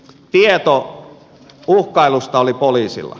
tieto uhkailusta oli poliisilla